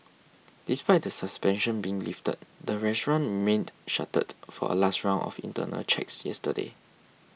despite the suspension being lifted the restaurant remained shuttered for a last round of internal checks yesterday